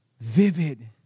vivid